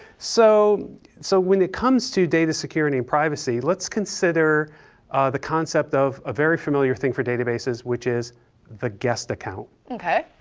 so so when it comes to data security and privacy, let's consider the concept of a very familiar thing for databases, which is the guest account. ok,